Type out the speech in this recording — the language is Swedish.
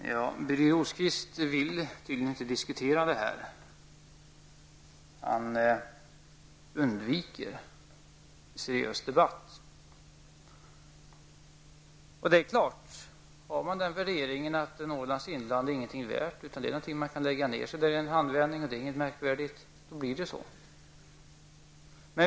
Fru talman! Birger Rosqvist vill tydligen inte diskutera den här frågan. Han undviker en seriös debatt, och det är naturligt om man har den inställningen att Norrlands inland inte är någonting värt, att det är något man kan lägga ned i en handvändning utan att det är något märkvärdigt.